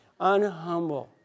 Unhumble